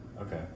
Okay